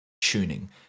tuning